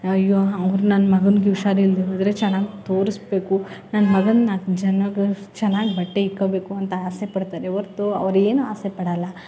ಅಯ್ಯೋ ಅವ್ರು ನನ್ನ ಮಗನಿಗೆ ಹುಷಾರು ಇಲ್ಲದೆ ಹೋದರೆ ಚೆನ್ನಾಗಿ ತೋರಿಸಬೇಕು ನನ್ನ ಮಗನ ನಾಲ್ಕು ಜನಕ್ ಚೆನ್ನಾಗಿ ಬಟ್ಟೆ ಇಟ್ಕೊಳ್ಬೇಕು ಅಂತ ಆಸೆ ಪಡ್ತಾರೆ ಹೊರ್ತು ಅವರೇನು ಆಸೆ ಪಡೋಲ್ಲ